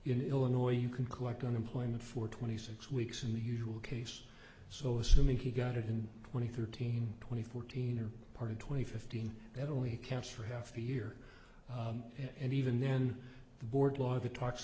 in illinois you can collect unemployment for twenty six weeks in the usual case so assuming he got it in twenty thirteen twenty fourteen or part of twenty fifteen that only counts for half the year and even then the board law the talks